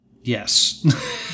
Yes